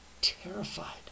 terrified